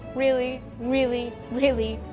really, really, really,